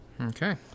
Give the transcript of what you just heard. Okay